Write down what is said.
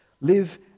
Live